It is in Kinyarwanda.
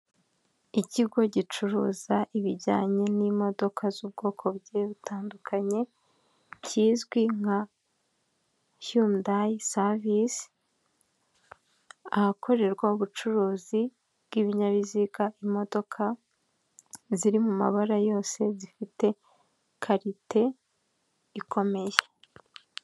Ikigo gicuruza ibijyanye n'imodoka z'ubwoko bugiye butandukanye kizwi nka Yundayi savisi ahakorerwa ubucuruzi bw'ibinyabiziga imodoka ziri mu mabara yose zifite karite ikomeye.